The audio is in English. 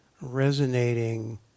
resonating